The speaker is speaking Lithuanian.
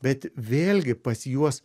bet vėlgi pas juos